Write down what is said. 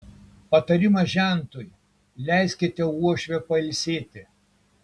patarimas žentui leiskite uošvę pailsėti